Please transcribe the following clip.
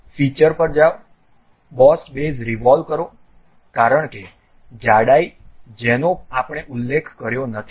feature પર જાઓ boss base revolve કરો કારણ કે જાડાઈ જેનો આપણે ઉલ્લેખ કર્યો નથી